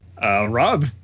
Rob